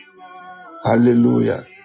Hallelujah